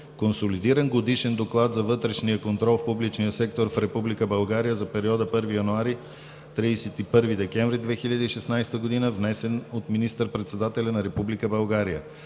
Консолидиран годишен доклад за вътрешния контрол в публичния сектор в Република България за периода 1 януари – 31 декември 2016 г., внесен от министър-председателя на Република България.